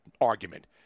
argument